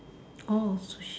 oh sushi